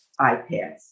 iPads